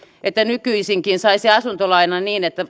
että nykyisinkin saisi asuntolainan niin että